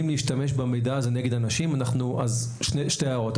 להשתמש במידע הזה נגד אנשים וכאן יש לי שתי הערות.